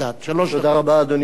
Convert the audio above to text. אדוני היושב-ראש,